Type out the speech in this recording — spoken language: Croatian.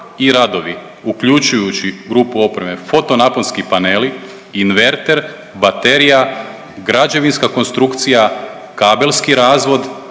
i radovi uključujući grupu opreme foto naponski paneli, inverter, baterija, građevinska konstrukcija, kabelski razvod,